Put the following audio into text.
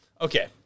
Okay